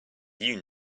you